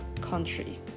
country